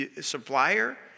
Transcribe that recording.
supplier